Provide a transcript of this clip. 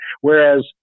Whereas